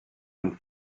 and